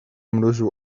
mrużył